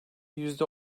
yüzde